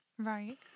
right